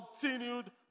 continued